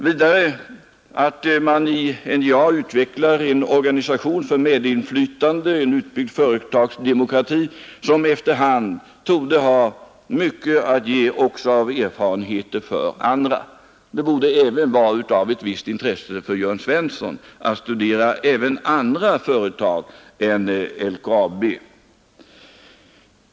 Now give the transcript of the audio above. Vidare utvecklar man inom NJA en organisation för medinflytande, en utbyggd företagsdemokrati, som efter hand torde ha mycket att ge av erfarenheter också för andra. Det borde vara av ett visst intresse för Jörn Svensson att studera även andra företag än LKAB.